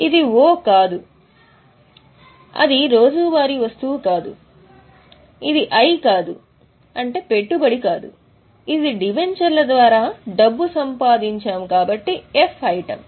ఇది ఓ కాదు అది రోజువారీ వస్తువు కాదు అది ఐ కాదు ఇది మా పెట్టుబడి కాదు ఇది డిబెంచర్ల ద్వారా డబ్బు సంపాదించిన ఎఫ్ ఐటమ్